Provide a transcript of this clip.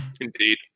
Indeed